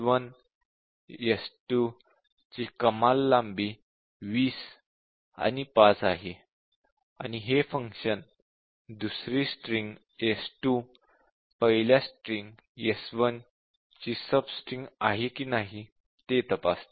s1 s2 ची कमाल लांबी 20 आणि 5 आहे आणि हे फंक्शन दुसरी स्ट्रिंग s2 पहिल्या स्ट्रिंग s1ची सबस्ट्रिंग आहे की नाही हे तपासते